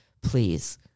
please